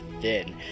thin